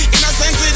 Innocent